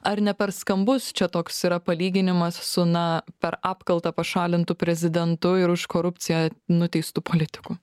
ar ne per skambus čia toks yra palyginimas su na per apkaltą pašalintu prezidentu ir už korupciją nuteistu politiku